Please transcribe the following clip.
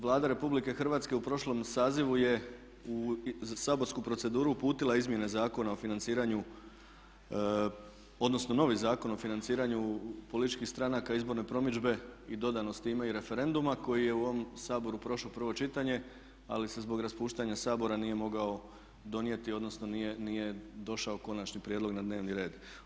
Vlada Republike Hrvatske u prošlom sazivu je u saborsku proceduru uputila izmjene Zakona o financiranju odnosno novi Zakon o financiranju političkih stranaka i izborne promidžbe i dodano s time i referenduma koji je u ovom Saboru prošao prvo čitanje ali se zbog raspuštanja Sabora nije mogao donijeti odnosno nije došao konačni prijedlog na dnevni red.